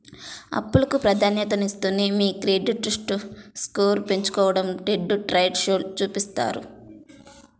అప్పులకు ప్రాధాన్యతనిస్తూనే మీ క్రెడిట్ స్కోర్ను పెంచుకోడం డెట్ డైట్ షోలో చూపిత్తారు